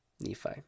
Nephi